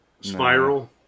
Spiral